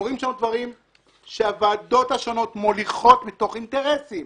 קורים שם דברים שהוועדות השונות מוליכות מתוך אינטרסים